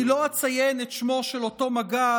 אני לא אציין את שמו של אותו מג"ד,